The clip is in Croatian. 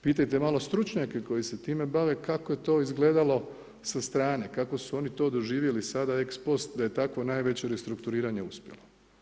Pitajte malo stručnjake koji se time bave, kako je to izgledalo sa strane, kako su oni to doživjeli sada ex post da je takvo najveće restrukturiranje uspjelo.